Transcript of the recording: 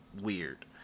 weird